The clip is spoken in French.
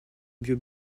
bio